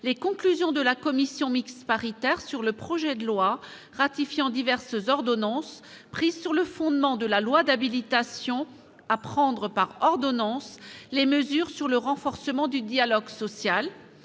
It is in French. : Conclusions de la commission mixte paritaire sur le projet de loi ratifiant diverses ordonnances prises sur le fondement de la loi n° 2017-1340 du 15 septembre 2017 d'habilitation à prendre par ordonnances les mesures pour le renforcement du dialogue social